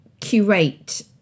curate